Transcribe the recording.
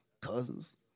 cousins